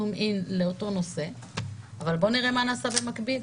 זום-אין לאותו נושא אבל בואו נראה מה נעשה במקביל.